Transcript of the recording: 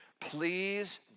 please